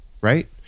right